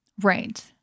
Right